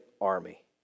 army